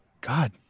god